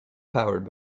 powered